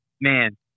Man